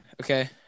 okay